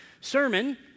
sermon